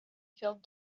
filled